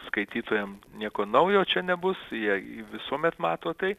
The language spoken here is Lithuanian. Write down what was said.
skaitytojam nieko naujo čia nebus jie visuomet mato tai